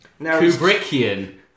Kubrickian